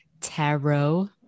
tarot